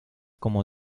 como